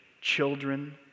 children